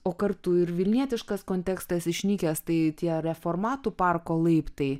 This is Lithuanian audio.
o kartu ir vilnietiškas kontekstas išnykęs tai tie reformatų parko laiptai